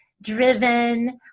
driven